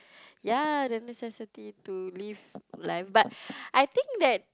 ya the necessity to live life but I think that